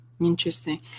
Interesting